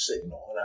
signal